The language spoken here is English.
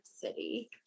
City